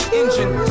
engine